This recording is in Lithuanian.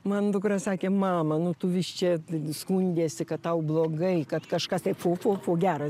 man dukra sakė mama nu tu vis čia skundiesi kad tau blogai kad kažkas tai fu fu fu geras